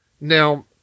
now